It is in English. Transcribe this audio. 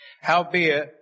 Howbeit